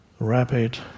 Rapid